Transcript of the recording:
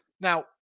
Now